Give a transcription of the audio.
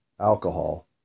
alcohol